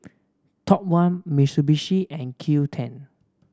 Top One Mitsubishi and Qoo ten